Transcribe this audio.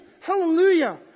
Hallelujah